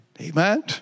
Amen